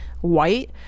White